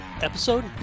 episode